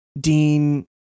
Dean